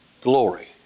glory